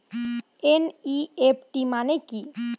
NEFT মনে কি?